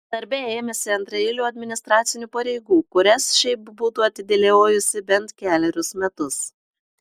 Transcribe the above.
darbe ėmėsi antraeilių administracinių pareigų kurias šiaip būtų atidėliojusi bent kelerius metus